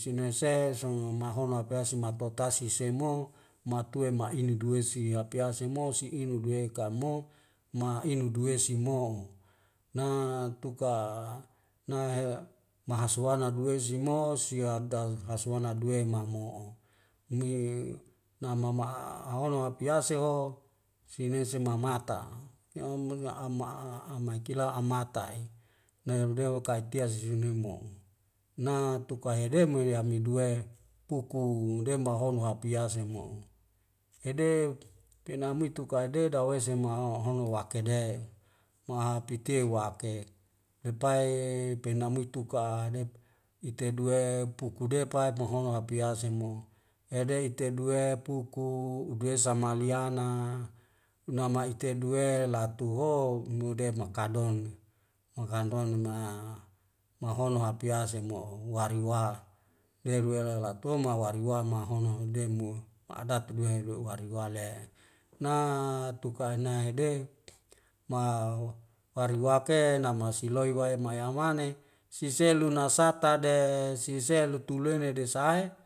sinai se sono mahono abiasi matotasi semo matue maini duwesi hapiase mo si inu duweka mo mainu duwesi mo na tuka na mahasuana duwezi mo siata hasmanadu e mamo'o me namama'a hono apiase ho sinesi mamata mai kila amata i naem dewu kai tia sisini mo na tukahede mo yami duwe puku dembahono apiase mo'o ede penamu itu kai deda we sema ho hongo wake de mo hape te wake lepai penamu itu ka dep ite duwe puku depat mahono hapiase mo yade ite duwe puku udesamaliana nama ite duwe latuho muder makan donya makan donya ma'a mahono apiase mo'o wari wa wel wela latua mawari wa mahono demu ma'adatu duwe wariwale na tuka nai hede ma wari wake nama siloi wae mayamane sie selu na nasata de sie sel lutulo nai desai